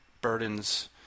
burdens